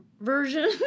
version